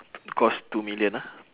cost two million ah